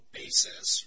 basis